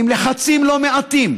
עם לחצים לא מעטים.